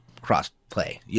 cross-play